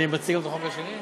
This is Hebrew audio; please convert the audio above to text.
אני מציג גם את החוק השני?